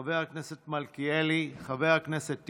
חבר הכנסת מלכיאלי, חבר הכנסת טיבי.